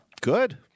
Good